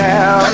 Now